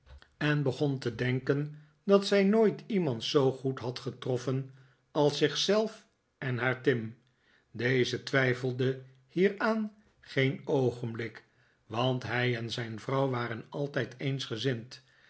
le by te denken dat zij nooit iemand zoo goed had getroffen als zich zelf en haar tim deze twijfelde hieraan geen oogenblik want hij en zijn vrouw waren altijd eensgezind